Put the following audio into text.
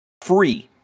free